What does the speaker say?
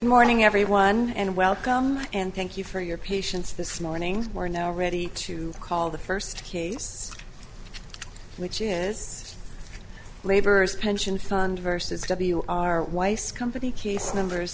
morning everyone and welcome and thank you for your patience this morning or now ready to call the first case which is labor pension fund versus w r weiss company case number